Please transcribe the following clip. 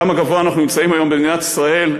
כמה גבוה היום אנחנו נמצאים היום במדינת ישראל,